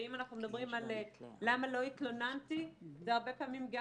ואם אנחנו מדברים על למה לא התלוננתי זה הרבה פעמים גם